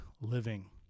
living